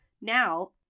Now